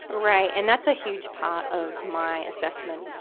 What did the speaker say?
right. and that's a huge part of my assessment,